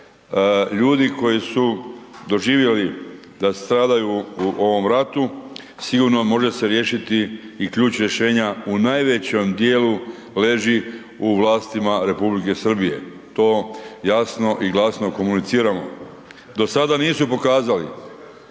ljudi koji su doživjeli da stradaju u ovom ratu, sigurno može se riješiti i ključ rješenja u najvećem dijelu leži u vlastima Republike Srbije. To jasno i glasno komuniciramo. Do sada nisu pokazali,